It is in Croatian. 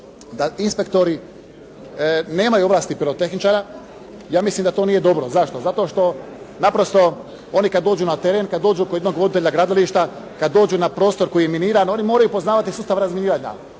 da inspektori nemaju ovlasti pirotehničara. Ja mislim da to nije dobro. Zašto? Zato što naprosto oni kad dođu na teren, kad dođu kod jednog voditelja gradilišta, kad dođu na prostor koji je miniran oni moraju poznavati sustav razminiranja,